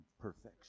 perfection